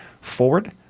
forward